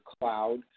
cloud